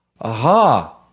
Aha